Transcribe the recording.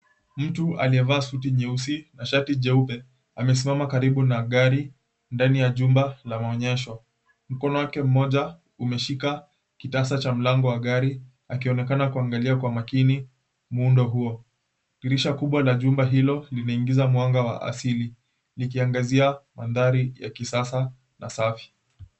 Mtu aliyevaa suti jeusi na shati jeupe amesimama karibu na gari ndani ya jumba la maonyesho mkono wake mmoja umeshika kitasa cha mlango wa gari akionekana kuangalia kwa makini muundo huo, dirisha kubwa ala jumba hilo unaingiza mwanga wa asili likiangazia maandhari ya kisasa na safi.